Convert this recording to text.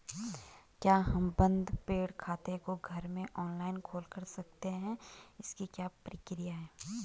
क्या हम बन्द पड़े खाते को घर में ऑनलाइन खोल सकते हैं इसकी क्या प्रक्रिया है?